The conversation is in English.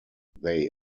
they